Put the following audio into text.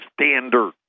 standard